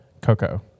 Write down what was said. Coco